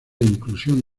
inclusión